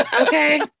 Okay